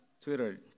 Twitter